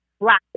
Black